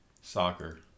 soccer